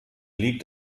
liegt